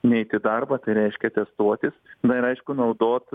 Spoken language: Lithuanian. neit į darbą tai reiškia testuotis na ir aišku naudot